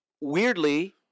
weirdly